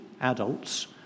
adults